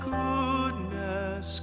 goodness